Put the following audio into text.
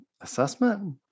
assessment